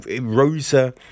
Rosa